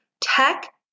tech